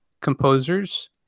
composers